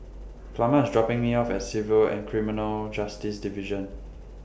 Plummer IS dropping Me off At Civil and Criminal Justice Division